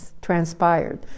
transpired